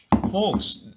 Folks